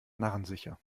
narrensicher